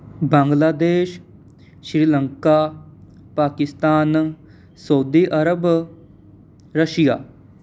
Bangladesh Sri Lanka Pakistan Saudi Arabia Russia